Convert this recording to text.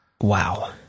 Wow